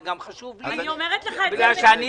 זה גם חשוב לי, בגלל שאני